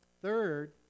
Third